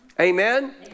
Amen